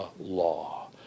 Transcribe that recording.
law